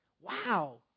Wow